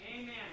Amen